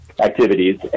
activities